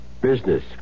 Business